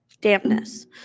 dampness